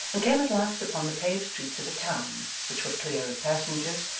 and came at last upon the paved streets of a town which were clear of passengers,